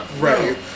right